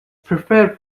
prepare